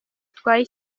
utwaye